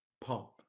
Pump